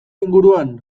inguruan